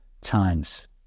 times